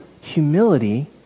humility